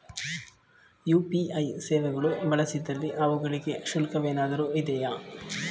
UPI ಸೇವೆಗಳು ಬಳಸಿದಲ್ಲಿ ಅವುಗಳಿಗೆ ಶುಲ್ಕವೇನಾದರೂ ಇದೆಯೇ?